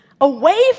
Away